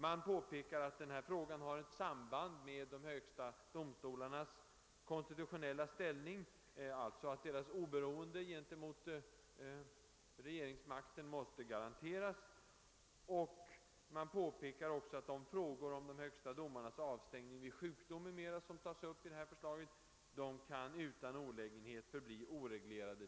Man påpekar att denna fråga har ett samband med de högsta domstolarnas konstitutionella ställning, alltså att deras oberoende gentemot regeringsmakten måste garanteras, och man framhåller också att de frågor om de högsta domarnas avstängning vid sjukdom o. s. v., som tas upp i förslaget, utan olägenhet tills vidare kan förbli oreglerade.